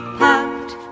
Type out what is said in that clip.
packed